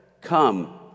Come